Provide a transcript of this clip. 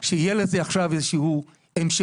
שתהיה לזה עכשיו איזושהי המשכיות,